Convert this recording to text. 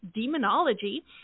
demonology